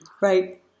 Right